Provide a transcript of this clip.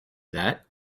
that